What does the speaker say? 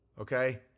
Okay